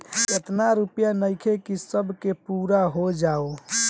एतना रूपया नइखे कि सब के पूरा हो जाओ